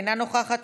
אינה נוכחת,